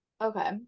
okay